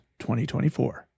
2024